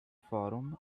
forum